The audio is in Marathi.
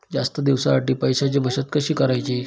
जास्त दिवसांसाठी पैशांची बचत कशी करायची?